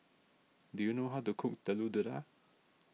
do you know how to cook Telur Dadah